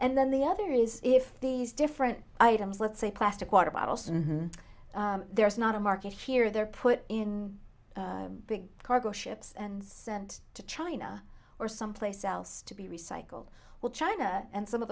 and then the other is if these different items let's say plastic water bottles and there's not a market here they're put in big cargo ships and sent to china or someplace else to be recycled while china and some of